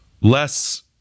less